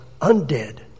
undead